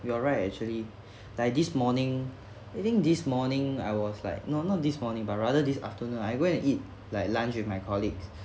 you are right actually like this morning I think this morning I was like no not this morning but rather this afternoon I go and eat like lunch with my colleagues